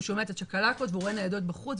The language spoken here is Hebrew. והוא שומע את הצ'קלקות והוא רואה ניידות בחוץ,